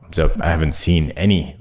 so, i haven't seen any,